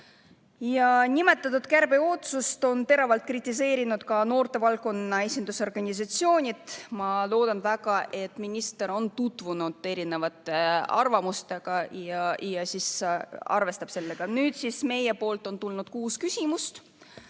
Nimetatud kärpeotsust on teravalt kritiseerinud ka noortevaldkonna esindusorganisatsioonid. Ma loodan väga, et minister on tutvunud erinevate arvamustega ja arvestab nendega. Nüüd siis on meie poolt kuus küsimust.